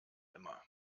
immer